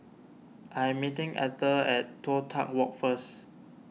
I am meeting Atha at Toh Tuck Walk first